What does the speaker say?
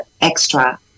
extra